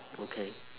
okay